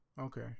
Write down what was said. Okay